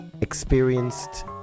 experienced